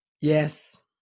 Yes